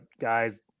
guys